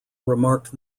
remarked